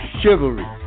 Chivalry